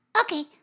Okay